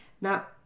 Now